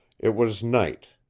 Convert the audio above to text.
it was night,